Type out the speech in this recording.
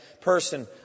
person